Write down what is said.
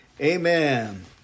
Amen